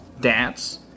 dance